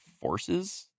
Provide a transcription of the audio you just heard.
Forces